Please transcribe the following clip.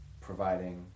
providing